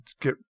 get